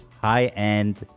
high-end